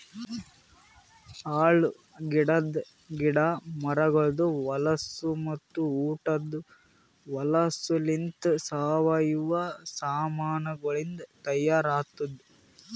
ಹಾಳ್ ಆಗಿದ್ ಗಿಡ ಮರಗೊಳ್ದು ಹೊಲಸು ಮತ್ತ ಉಟದ್ ಹೊಲಸುಲಿಂತ್ ಸಾವಯವ ಸಾಮಾನಗೊಳಿಂದ್ ತೈಯಾರ್ ಆತ್ತುದ್